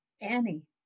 Annie